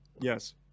Yes